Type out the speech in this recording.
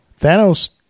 thanos